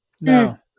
No